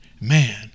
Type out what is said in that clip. Man